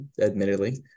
admittedly